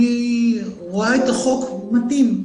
אני רואה את החוק מתאים,